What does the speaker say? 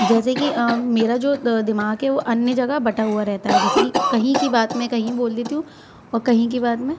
जैसे कि अ मेरा जो दिमाग है वो अन्य जगह बंटा हुआ रहता है जैसे कि कहीं की बात मैं कहीं बोल देती हूँ और कहीं की बात मैं